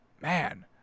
Man